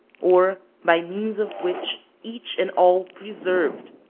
or by means of which each and all preserved,